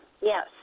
Yes